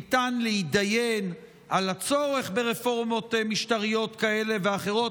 ניתן להתדיין על הצורך ברפורמות משטריות כאלה ואחרות,